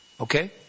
Okay